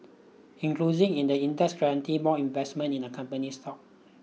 in the index guarantee more investment in the company's stock